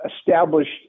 established